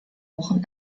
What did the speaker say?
wochen